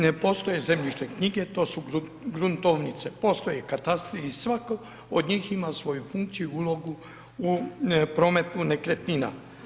Ne postoje zemljišne knjige, to su gruntovnice, postoje katastri i svako od njih ima svoju funkciju, ulogu u prometu nekretnina.